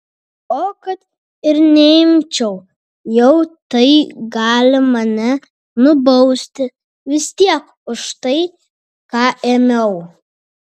o kad ir neimčiau jau tai gali mane nubausti vis tiek už tai ką ėmiau